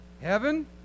Heaven